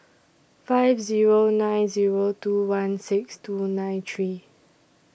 five Zero nine Zero two one six two nine three